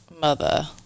mother